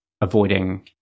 avoiding